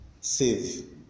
save